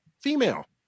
female